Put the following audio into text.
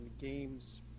games